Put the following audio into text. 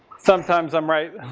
sometimes i'm right.